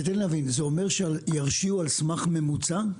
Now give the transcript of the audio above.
זה אומר שירשיעו על סמך ממוצע?